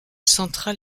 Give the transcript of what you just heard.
central